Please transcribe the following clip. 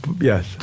Yes